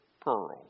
pearl